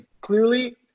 clearly